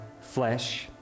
flesh